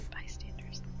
bystanders